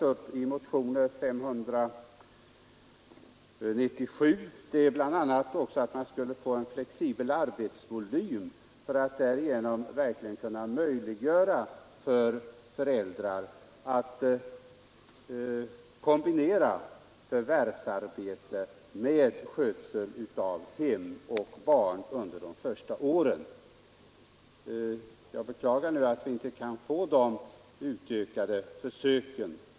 Men i motionen 597 föreslås också en flexibel arbetsvolym för att därigenom verkligen möjliggöra för föräldrar att kombinera förvärvsarbete med skötsel av hem och barn tills barnet fyllt ett år. Jag beklagar att vi inte kan få till stånd de utökade försöken.